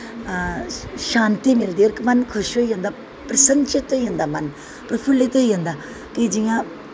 शांती मिलदी होर मन खुश होई जंदा प्रसन्नचित होई जंदा मन प्रफुलित्त होई जंदा कि जि'यां